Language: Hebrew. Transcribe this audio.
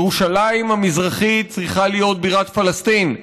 ירושלים המזרחית צריכה להיות בירת פלסטין.